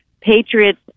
Patriots